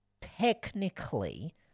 technically